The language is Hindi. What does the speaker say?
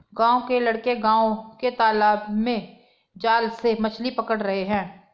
गांव के लड़के गांव के तालाब में जाल से मछली पकड़ रहे हैं